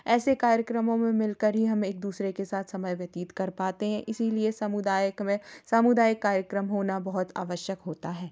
ऐसे कार्यक्रमों में मिलकर ही हमें एक दूसरे के साथ समय व्यतीत कर पाते हैं इसीलिए समुदाय में सामुदायिक कार्यक्रम होना बहुत आवश्यक होता है